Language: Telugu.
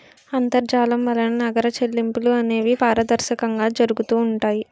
అంతర్జాలం వలన నగర చెల్లింపులు అనేవి పారదర్శకంగా జరుగుతూ ఉంటాయి